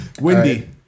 Windy